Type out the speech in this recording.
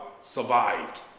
survived